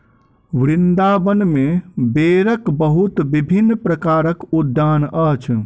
वृन्दावन में बेरक बहुत विभिन्न प्रकारक उद्यान अछि